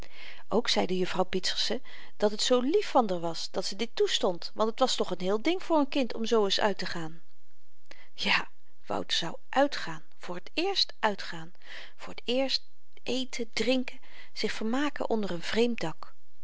ook zeide juffrouw pieterse dat t zoo lief van r was dat ze dit toestond want t was toch n heel ding voor n kind om zoo eens uittegaan ja wouter zou uitgaan voor t eerst uitgaan voor het eerst eten drinken zich vermaken onder n vreemd dak